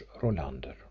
Rolander